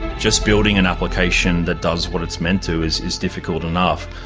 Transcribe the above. just building an application that does what it's meant to is is difficult enough.